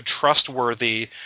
trustworthy